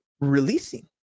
releasing